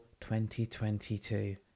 2022